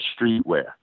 streetwear